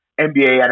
NBA